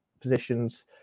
positions